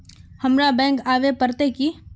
हमरा बैंक आवे पड़ते की?